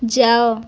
ଯାଅ